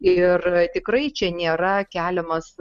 ir tikrai čia nėra keliamas